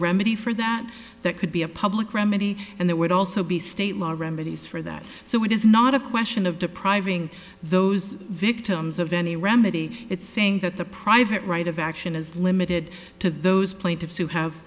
remedy for that that could be a public remedy and there would also be state law remedies for that so it is not a question of depriving those victims of any remedy it's saying that the private right of action is limited to those pla